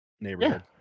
Neighborhood